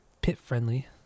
pit-friendly